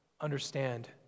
understand